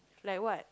like what